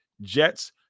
Jets